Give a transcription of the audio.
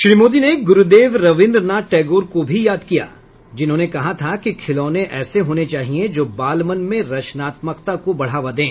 श्री मोदी ने गुरूदेव रवीन्द्र नाथ टैगोर को भी याद किया जिन्होंने कहा था कि खिलौने ऐसे होने चाहिए जो बालमन में रचनात्मकता को बढ़ावा दें